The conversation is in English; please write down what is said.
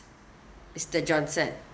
mister johnson